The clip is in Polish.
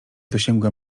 dosięgła